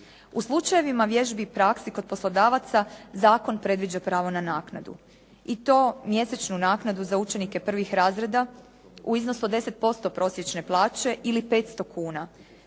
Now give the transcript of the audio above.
U slučajevima vježbi i praksi kod poslodavaca zakon predviđa pravo na naknadu i to mjesečnu naknadu za učenike prvih razreda u iznosu od 10% prosječne plaće ili 500 kuna.